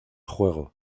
juego